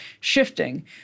shifting